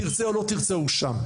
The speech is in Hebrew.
תרצה או לא תרצה, הוא שם.